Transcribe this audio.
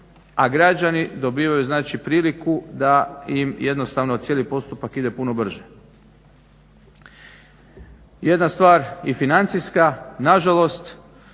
a građani dobivaju znači priliku da im jednostavno cijeli postupak ide puno brže. Jedna stvar i financijska, na žalost